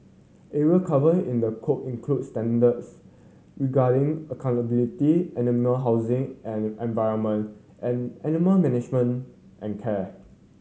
area covered in the code include standards regarding accountability animal housing and environment and animal management and care